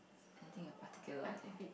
anything in particular I think